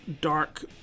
dark